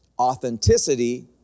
Authenticity